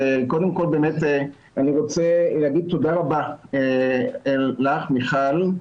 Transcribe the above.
קודם כל אני באמת רוצה להגיד תודה רבה לך מיכל,